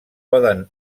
poden